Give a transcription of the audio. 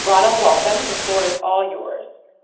rana, welcome. the floor is all yours.